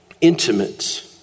intimate